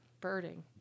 Birding